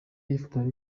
yifotoje